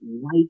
white